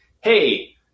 hey